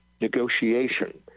negotiation